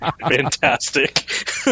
Fantastic